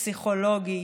פסיכולוגי,